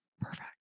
Perfect